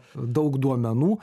daug duomenų